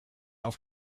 auf